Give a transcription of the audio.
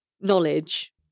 knowledge